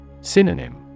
Synonym